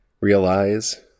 Realize